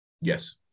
Yes